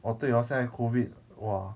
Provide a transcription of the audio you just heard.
orh 对 hor 现在 COVID !wah!